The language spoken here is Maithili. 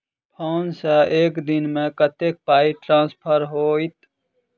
फोन सँ एक दिनमे कतेक पाई ट्रान्सफर होइत?